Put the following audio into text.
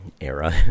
era